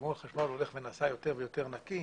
חימום החשמל הולך ונעשה יותר ויותר נקי.